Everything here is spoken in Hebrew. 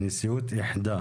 הנשיאות איחדה